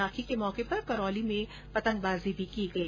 राखी के मौके पर करौली में पतंगबाजी भी की गई